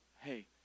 hey